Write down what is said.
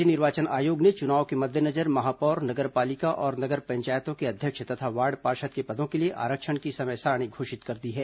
राज्य निर्वाचन आयोग ने चुनाव के मद्देनजर महापौर नगर पालिका और नगर पंचायतों के अध्यक्ष तथा वार्ड पार्षद के पदों के लिए आरक्षण की समय सारिणी घोषित कर दी है